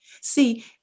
See